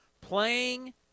Playing